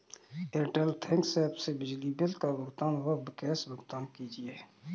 Airtel thanks app से बिजली bill का भुगतान व गैस भुगतान कीजिए